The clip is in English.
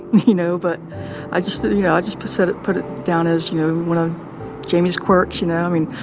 you know? but i just yeah i just put set it put it down as, you know, one of jamie's quirks, you know. i mean,